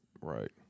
Right